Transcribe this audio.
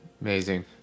Amazing